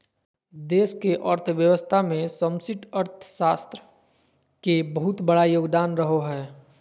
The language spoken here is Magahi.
देश के अर्थव्यवस्था मे समष्टि अर्थशास्त्र के बहुत बड़ा योगदान रहो हय